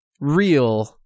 real